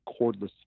cordless